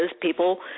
People